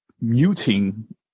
muting